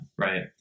right